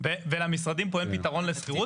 למשרדים פה אין פתרון לשכירות?